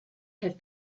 have